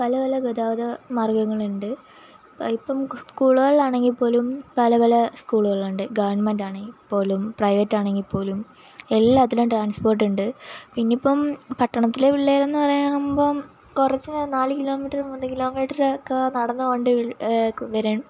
പല പല ഗതാഗത മാർഗ്ഗങ്ങളുണ്ട് ഇപ്പോള് സ്കൂളുകളാണെങ്കില് പോലും പല പല സ്കൂളുകളുണ്ട് ഗവണ്മെൻ്റൊണെങ്കില് പോലും പ്രൈവറ്റാണങ്കില് പോലും എല്ലാത്തിനും ട്രാൻസ്പോർട്ട്ണ്ട് പിന്നിപ്പോള് പട്ടണത്തിലെ പിള്ളേരെന്ന് പറയുമ്പോള് കുറച്ച് നാല് കിലോമീറ്റര് മൂന്ന് കിലോമീറ്ററൊക്കെ നടന്ന് വണ്ടി വരാൻ